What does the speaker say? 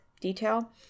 detail